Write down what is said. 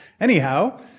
Anyhow